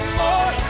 more